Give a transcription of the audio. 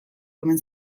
omen